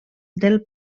del